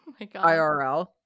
IRL